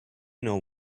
know